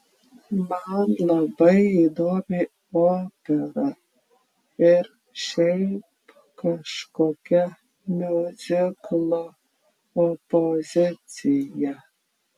man labai įdomi opera ir šiaip kažkokia miuziklo opozicija